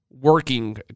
working